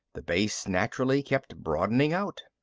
the base naturally kept broadening out.